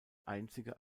einzige